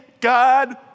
God